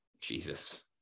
Jesus